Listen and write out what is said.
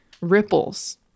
ripples